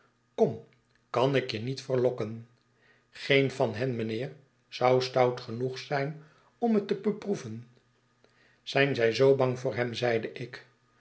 kom kan ik je niet verlokken geen van hen mijnheer zou stout genoeg zijn om het te beproeven zijn zij zoo bang voor hem zeide ik